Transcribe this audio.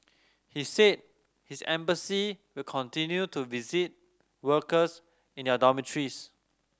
he said his embassy will continue to visit workers in their dormitories